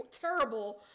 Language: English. terrible